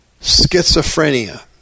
schizophrenia